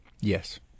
Yes